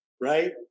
right